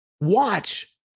Watch